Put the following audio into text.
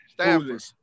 Stanford